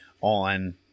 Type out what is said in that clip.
on